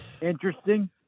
interesting